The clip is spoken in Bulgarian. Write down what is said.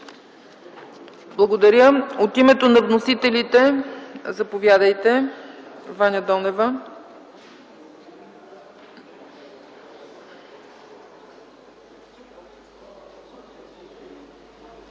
Благодаря. От името на вносителите – заповядайте, госпожо Донева.